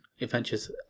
Adventures